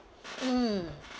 mm